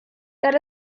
that